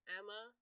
emma